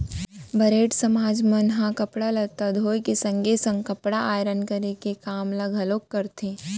बरेठ समाज मन ह कपड़ा लत्ता धोए के संगे संग कपड़ा आयरन करे के काम ल घलोक करथे